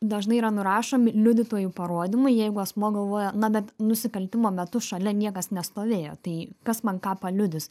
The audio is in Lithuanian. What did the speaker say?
dažnai yra nurašomi liudytojų parodymai jeigu asmuo galvoja na bet nusikaltimo metu šalia niekas nestovėjo tai kas man ką paliudys